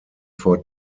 vor